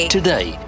today